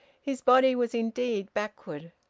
his body was indeed backward.